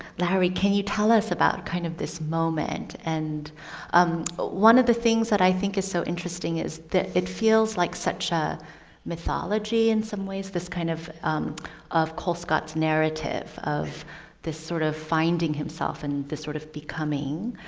lowery, can you tell us about kind of this moment. and um one of the things that i think is so interesting is that it feels like such a mythology in some ways, this kind of of colescott's narrative of the sort of finding himself and the sort of becoming.